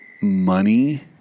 money